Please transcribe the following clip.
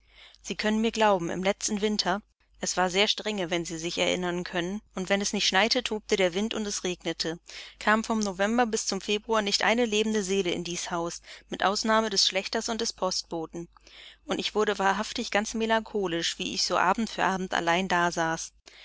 sie können mir glauben im letzten winter er war sehr strenge wenn sie sich erinnern können und wenn es nicht schneite tobte der wind und es regnete kam vom november bis zum februar nicht eine lebende seele in dies haus mit ausnahme des schlächters und des postboten und ich wurde wahrhaftig ganz melancholisch wie ich so abend für abend allein dasaß